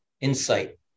insight